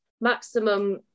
maximum